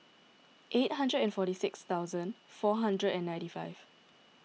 eight hundred and forty six thousand four hundred and ninety five